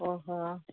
ଓହୋ